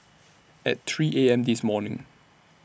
At three A M This morning